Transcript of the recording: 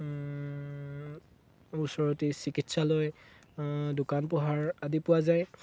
ওচৰতেই চিকিৎসালয় দোকান পোহাৰ আদি পোৱা যায়